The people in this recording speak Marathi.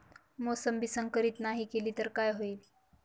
मोसंबी संकरित नाही केली तर काय होईल?